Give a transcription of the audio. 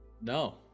No